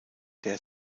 der